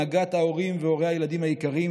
הנהגת ההורים והורי הילדים היקרים,